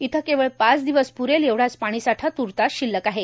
इथं केवळ पाच दवस प्रेल एवढाच पाणीसाठा तूतास श लक आहे